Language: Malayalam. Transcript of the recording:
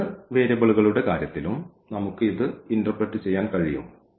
മൂന്ന് വേരിയബിളുകളുടെ കാര്യത്തിലും നമുക്ക് ഇത് ഇന്റെർപ്രെറ്റ് ചെയ്യാൻ കഴിയും